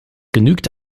genügt